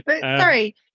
sorry